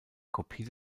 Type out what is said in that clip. kopie